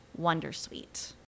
Wondersuite